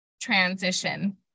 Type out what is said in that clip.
transition